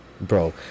bro